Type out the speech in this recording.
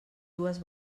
dues